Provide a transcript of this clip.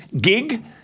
gig